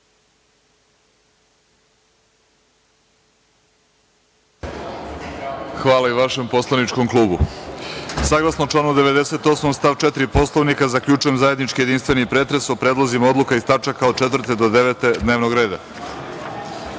Hvala i vašem poslaničkom klubu. Saglasno članu 98. stav 4. Poslovnika, zaključujem zajednički, jedinstveni pretres o predlozima odluka iz tačaka od četvrte do devete